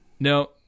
No